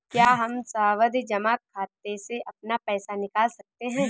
क्या हम सावधि जमा खाते से अपना पैसा निकाल सकते हैं?